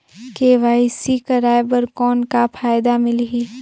KYC कराय कर कौन का फायदा मिलही?